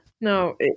no